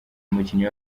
umukinnyi